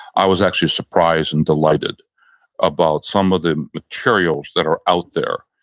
i was actually surprised and delighted about some of the materials that are out there.